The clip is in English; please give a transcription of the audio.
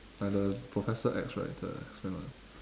like the professor X right the X men one